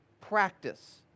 practice